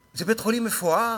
זה בית-חולים מפואר,